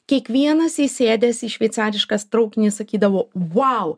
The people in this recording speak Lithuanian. kiekvienas įsėdęs į šveicariškas traukinį sakydavo vau